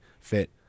fit